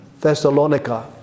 Thessalonica